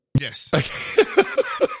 Yes